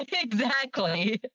exactly.